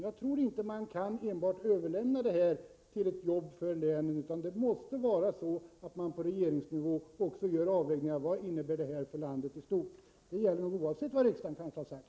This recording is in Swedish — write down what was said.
Jag tror inte att detta arbete kan överlåtas enbart åt länen, utan man måste även på regeringsnivå göra avvägningar i fråga om vad det innebär för landet i stort — oavsett vad riksdagen har sagt.